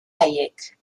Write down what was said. haiek